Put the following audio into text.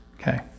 okay